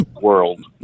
world